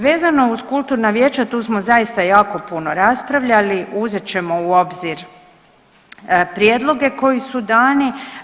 Vezano uz kulturna vijeća, tu smo zaista jako puno raspravljali, uzet ćemo u obzir prijedloge koji su dani.